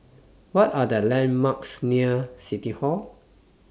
What Are The landmarks near City Hall